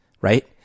right